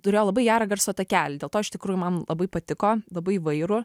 turėjo labai gerą garso takelį dėl to iš tikrųjų man labai patiko labai įvairų